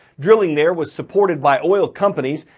drilling there was supported by oil companies,